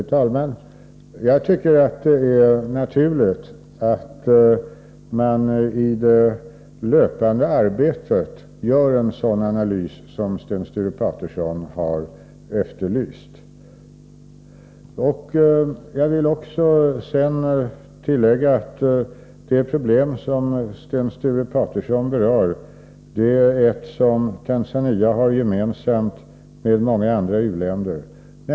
Fru talman! Jag tycker att det är naturligt att man i det löpande arbetet gör en sådan analys som Sten Sture Paterson har efterlyst. Jag vill tillägga att det problem som Sten Sture Paterson berör har Tanzania gemensamt med många andra u-länder.